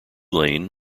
lane